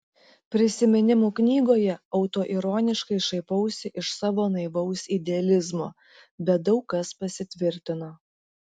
prisiminimų knygoje autoironiškai šaipausi iš savo naivaus idealizmo bet daug kas pasitvirtino